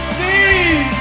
Steve